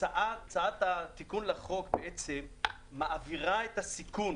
הצעת התיקון לחוק מעבירה את הסיכון